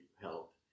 help